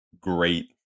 great